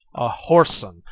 a whoreson,